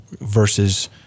versus